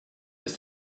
was